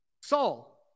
Saul